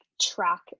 track